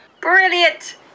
Brilliant